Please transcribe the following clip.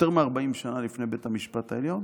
יותר מ-40 שנה לפני בית המשפט העליון?